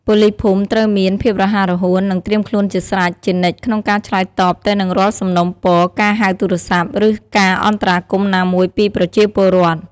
ប៉ូលីសភូមិត្រូវមាន ភាពរហ័សរហួន និងត្រៀមខ្លួនជាស្រេច ជានិច្ចក្នុងការឆ្លើយតបទៅនឹងរាល់សំណូមពរ ការហៅទូរស័ព្ទ ឬការអន្តរាគមន៍ណាមួយពីប្រជាពលរដ្ឋ។